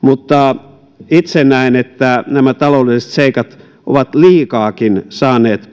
mutta itse näen että nämä taloudelliset seikat ovat saaneet liikaakin